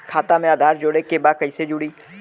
खाता में आधार जोड़े के बा कैसे जुड़ी?